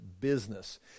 business